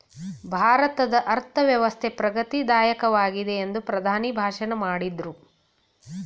ಭಾರತದ ಅರ್ಥವ್ಯವಸ್ಥೆ ಪ್ರಗತಿ ದಾಯಕವಾಗಿದೆ ಎಂದು ಪ್ರಧಾನಿ ಭಾಷಣ ಮಾಡಿದ್ರು